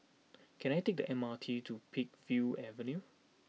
can I take the M R T to Peakville Avenue